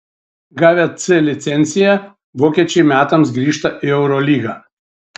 gavę c licenciją vokiečiai metams grįžta į eurolygą